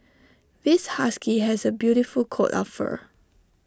this husky has A beautiful coat of fur